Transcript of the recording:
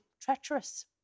treacherous